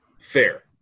fair